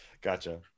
gotcha